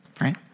Right